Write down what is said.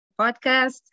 podcast